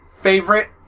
favorite